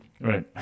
Right